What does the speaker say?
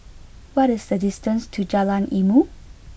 what is the distance to Jalan Ilmu